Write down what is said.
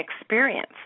experience